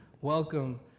Welcome